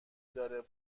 داره